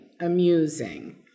amusing